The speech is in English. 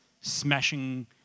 smashing